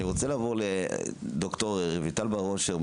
אני רוצה לעבור לד"ר רויטל בר אושר,